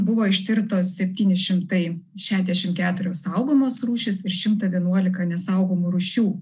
buvo ištirtos septyni šimtai šešiasdešimt keturios saugomos rūšys ir šimtą vienuolika nesaugomų rūšių